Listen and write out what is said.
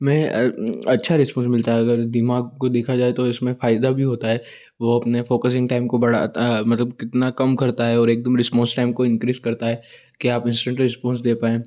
में अच्छा रिस्पॉन्स मिलता है अगर दिमाग को देखा जाए तो इसमें फ़ायदा भी होता है वो अपने फ़ोकसिंग टाइम को बढ़ाता मतलब कितना कम करता है और एकदम रिस्पॉन्स टाइम को इंक्रीज़ करता है कि आप इंस्टेन्ट रिस्पॉन्स दे पाएँ